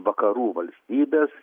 vakarų valstybes